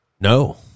No